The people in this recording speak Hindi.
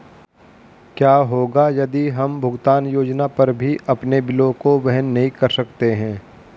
क्या होगा यदि हम भुगतान योजना पर भी अपने बिलों को वहन नहीं कर सकते हैं?